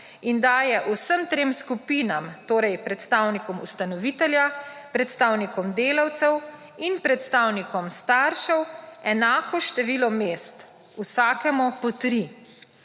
in daje vsem trem skupinam, torej predstavnikom ustanovitelja, predstavnikom delavcev in predstavnikom staršev, enako število mest, vsakemu po 3.